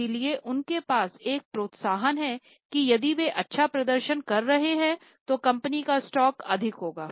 इसलिए उनके पास एक प्रोत्साहन है कि यदि वे अच्छा प्रदर्शन कर रहे हैं तो कंपनी का स्टॉक अधिक होगा